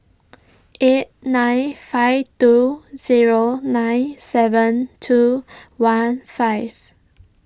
eight nine five two zero nine seven two one five